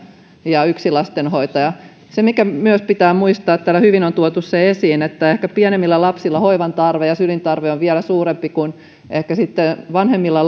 ja yksi lastenhoitaja se mikä myös pitää muistaa täällä hyvin on tuotu se esiin on se että ehkä pienemmillä lapsilla hoivan tarve ja sylin tarve on vielä suurempi kuin vanhemmilla